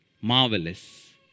Marvelous